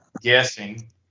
guessing